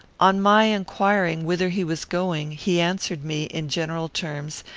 on my inquiring whither he was going, he answered me, in general terms,